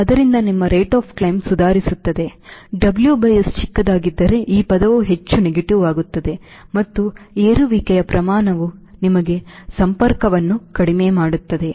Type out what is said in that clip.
ಆದ್ದರಿಂದ ನಿಮ್ಮ Rate of climb ಸುಧಾರಿಸುತ್ತದೆ W by S ಚಿಕ್ಕದಾಗಿದ್ದರೆ ಈ ಪದವು ಹೆಚ್ಚು negative ವಾಗುತ್ತದೆ ಮತ್ತು ಏರುವಿಕೆಯ ಪ್ರಮಾಣವು ನಿಮಗೆ ಸಂಪರ್ಕವನ್ನು ಕಡಿಮೆ ಮಾಡುತ್ತದೆ